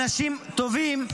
אנשים טובים,